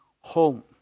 home